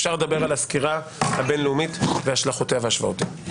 אפשר לדבר על הסקירה הבין-לאומית והשלכותיה והשוואותיה.